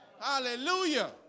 Hallelujah